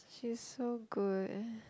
she's so good